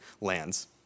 lands